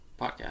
podcast